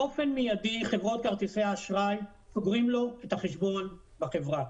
באופן מיידי חברות כרטיסי האשראי סוגרות לו את החשבון בחברה.